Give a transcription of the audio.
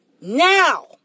Now